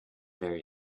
very